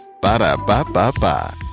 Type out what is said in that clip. Ba-da-ba-ba-ba